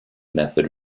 method